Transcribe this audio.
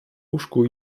łóżku